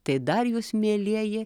tai dar jūs mielieji